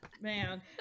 Man